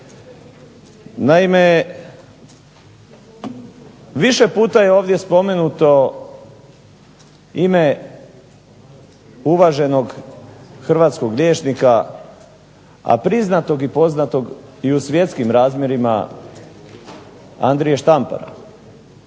Naime više puta je ovdje spomenuto ime uvaženog hrvatskog liječnika, a priznatog i poznatog i u svjetskim razmjerima Andrije Štampara,